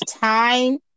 time